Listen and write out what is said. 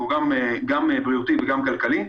גם בריאותי וגם כלכלי.